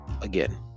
again